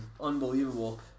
unbelievable